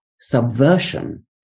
subversion